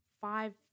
Five